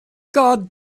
god